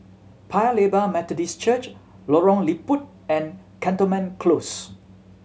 Paya Lebar Methodist Church Lorong Liput and Cantonment Close